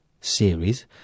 series